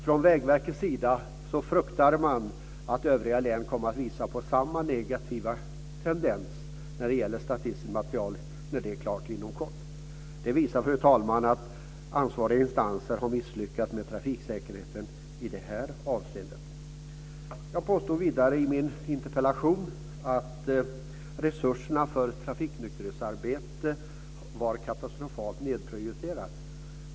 Från Vägverkets sida fruktar man att samma negativa tendens ska komma fram när hela det statistiska materialet inom kort blir klart. Detta visar, fru talman att ansvariga instanser har misslyckats med trafiksäkerheten i det här avseendet. Jag påstod vidare i min interpellation att resurserna för trafiknykterhetsarbete är katastrofalt nedprioriterade.